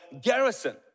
garrison